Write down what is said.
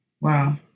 Wow